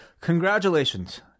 Congratulations